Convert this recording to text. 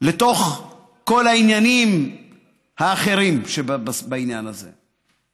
לתוך כל העניינים האחרים שבעניין הזה.